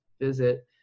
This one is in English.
visit